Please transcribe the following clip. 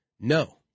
No